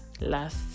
last